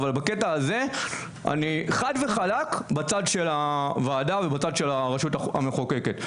אבל בקטע הזה אני חד וחלק בצד של הוועדה ובצד של הרשות המחוקקת,